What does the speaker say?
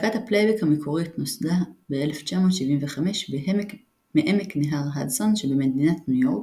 להקת הפלייבק המקורית נוסדה ב-1975 בעמק נהר הדסון שבמדינת ניו יורק,